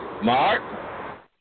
Mark